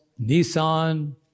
Nissan